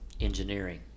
Engineering